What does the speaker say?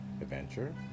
adventure